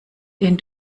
den